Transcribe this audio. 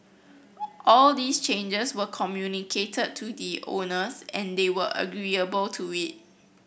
all these changes were communicated to the owners and they were agreeable to it